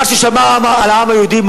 מה ששמר על העם היהודי,